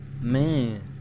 Man